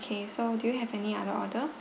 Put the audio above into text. ~ay so do you have any other order~